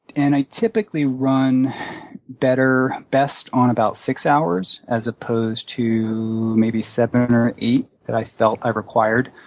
and i typically run better, best on about six hours, as opposed to maybe seven or eight that i felt i required.